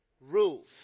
rules